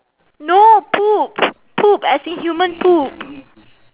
no poop poop as in human poop